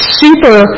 super